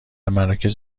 مراکز